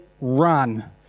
run